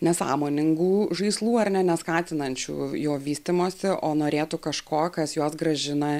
nesąmoningų žaislų ar ne neskatinančių jo vystymosi o norėtų kažko kas juos grąžina